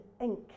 ink